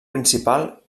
principal